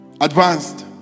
Advanced